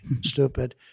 stupid